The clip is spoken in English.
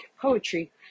poetry